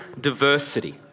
diversity